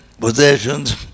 possessions